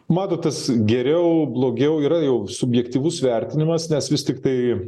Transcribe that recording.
matot tas geriau blogiau yra jau subjektyvus vertinimas nes vis tiktai